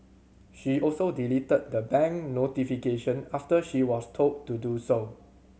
she also deleted the bank notification after she was told to do so